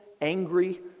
angry